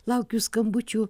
laukiu skambučių